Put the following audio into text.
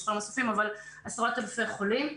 עשרות אלפי חולים,